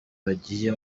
bagiye